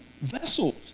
vessels